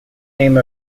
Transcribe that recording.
name